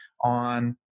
on